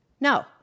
No